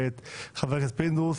ואת חבר הכנסת פינדרוס,